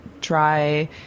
try